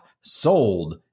sold